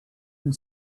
and